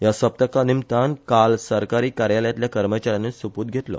ह्या सप्तका निमतान आयज सरकारी कार्यालयातल्या कर्मचाऱ्यानी सोपूत घेतले